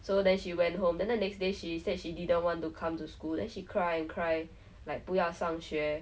so then she went home then the next day she said she didn't want to come to school then she cry and cry like 不要上学